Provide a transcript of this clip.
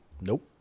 nope